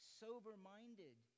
sober-minded